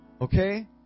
Okay